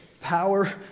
power